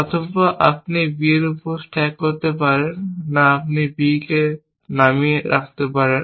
অথবা আপনি B এর উপর স্ট্যাক করতে পারেন না আপনি B কে নামিয়ে রাখতে পারেন